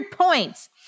points